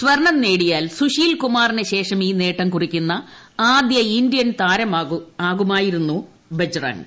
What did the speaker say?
സ്വർണം നേടിയാൽ സുശീൽ കുമാറിനുശേഷം ഈ നേട്ടം കുറിക്കുന്ന ആദ്യ ഇന്ത്യൻ താരമാകുമായിരുന്നു ബജ്രംഗ്